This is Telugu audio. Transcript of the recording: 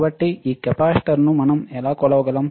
కాబట్టి ఈ కెపాసిటర్ను మనం ఎలా కొలవగలం